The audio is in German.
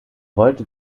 wollte